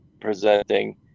presenting